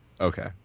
okay